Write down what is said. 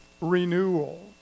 renewal